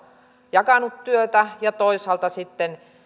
jakanut työtä ja toisaalta sitten